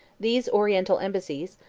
these oriental embassies,